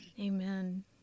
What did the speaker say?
Amen